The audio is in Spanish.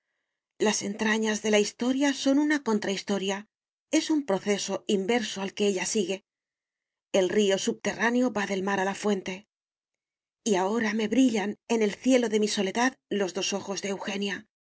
las entrañas de la historia son una contrahistoria es un proceso inverso al que ella sigue el río subterráneo va del mar a la fuente y ahora me brillan en el cielo de mi soledad los dos ojos de eugenia